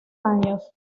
años